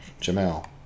Jamal